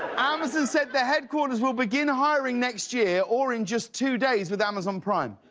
amazon said the headquarters will begin hiring next year. or in just two days with amazon prime.